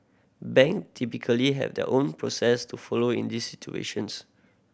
bank typically have their own process to follow in these situations